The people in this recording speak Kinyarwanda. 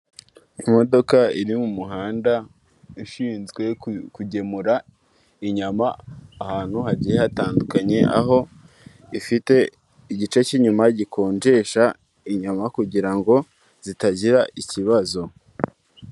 Imodoka iri mu muhanda, ishinzwe kugemura inyama ahantu hagiye hatandukanye, aho ifite igice cyuma gikonjesha inyama kugirango zitagira ikibazo.